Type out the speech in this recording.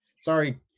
Sorry